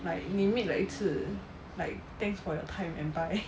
like 你 meet 了一次 like thanks for your time and bye